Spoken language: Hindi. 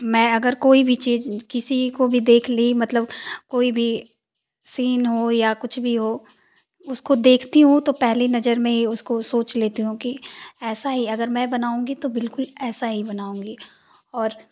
मैं अगर कोई भी चीज़ किसी को भी देख ली मतलब कोइ भी सीन हो या कुछ भी हो उसको देखती हूँ तो पहली नज़र में ही उसको सोच लेती हूँ कि ऐसा ही अगर मैं बनाऊंगी तो बिल्कुल ऐसा ही बनाऊंगी और